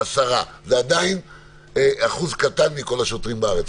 עשרה זה עדיין אחוז קטן מכל השוטרים בארץ,